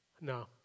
no